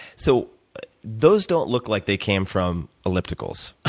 so those don't look like they came from ellipticals.